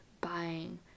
buying